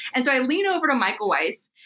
and so i lean over to michael weiss,